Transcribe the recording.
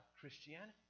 Christianity